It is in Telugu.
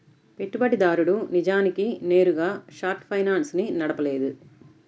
పెట్టుబడిదారుడు నిజానికి నేరుగా షార్ట్ ఫైనాన్స్ ని నడపలేడు